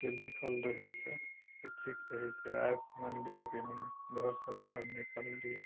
जे लिखल रहै छै तऽ ठीक रहै छै आइ मानि लिअ कि हम घरसँ बाहर निकललियै